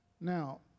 Now